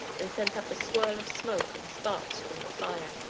and sent up a swirl of smoke and sparks from the fire.